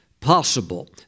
possible